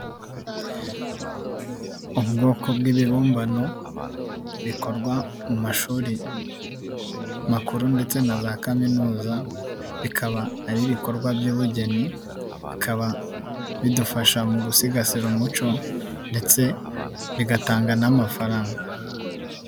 Ubwoko bw'ibibumbano bikorwa mu mashuri makuru ndetse na za kaminuza, bikaba ari ibikorwa by'ubugeni, bikaba bidufasha mu gusigasira umuco ndetse bigatanga n'amafaranga.